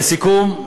לסיכום,